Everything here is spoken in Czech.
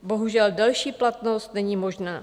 Bohužel, delší platnost není možná.